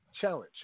Challenge